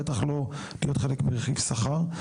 בטח לא להיות חלק מרכיב שכר.